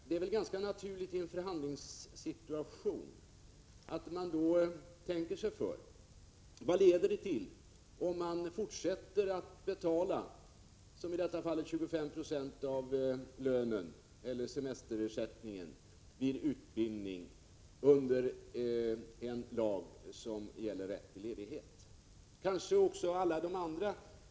Det är väl ganska naturligt att man i en förhandlingssituation tänker sig för och frågar sig vad det leder till, om man fortsätter att betala — som i detta fall — 25 96 av lönen eller semesterersättningen vid utbildning som ges enligt en lag om rätt till ledighet.